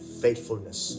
faithfulness